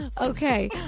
Okay